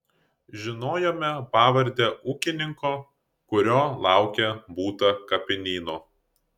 žinojome pavardę ūkininko kurio lauke būta kapinyno